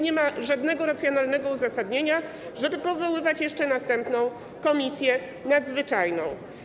Nie ma więc żadnego racjonalnego uzasadnienia, żeby powoływać jeszcze następną komisję nadzwyczajną.